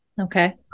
Okay